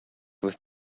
with